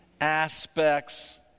aspects